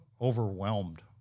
overwhelmed